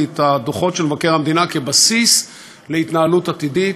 את הדוחות של מבקר המדינה כבסיס להתנהלות עתידית,